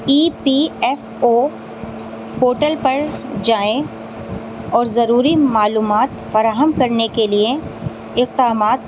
ای P F O portal پر جائیں اور ضروری معلومات فراہم کرنے کے لیے ایک